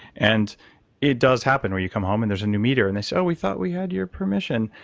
and it does happen where you come home, and there's a new meter, and they say, oh, we thought we had your permission.